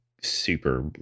super